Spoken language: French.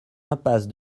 impasse